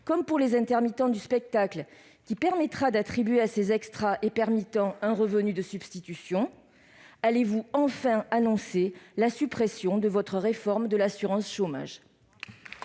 comme pour les intermittents du spectacle, qui permettrait d'attribuer à ces extras et permittents un revenu de substitution ? Allez-vous, enfin, annoncer la suppression de votre réforme de l'assurance chômage ?